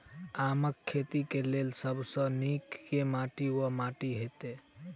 आमक खेती केँ लेल सब सऽ नीक केँ माटि वा माटि हेतै?